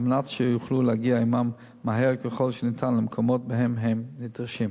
על מנת שיוכלו להגיע עמם מהר ככל שניתן למקומות שבהם הם נדרשים.